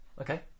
okay